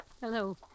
Hello